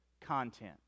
content